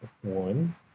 one